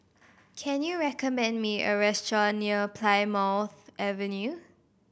can you recommend me a restaurant near Plymouth Avenue